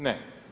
Ne.